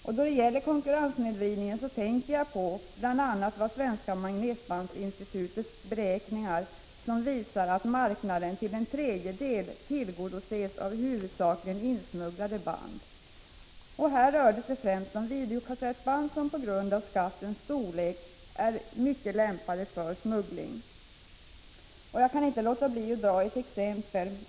Då det gäller konkurrenssnedvridningen tänker jag bl.a. på Svenska magnetbandinstitutets beräkningar, som visar att marknaden till en tredjedel tillgodoses av huvudsakligen insmugglade band. Här rör det sig främst om videokassettband, som på grund av skattens storlek är mycket lämpade för smuggling. Jag kan inte låta bli att ge ett exempel.